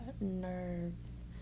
nerves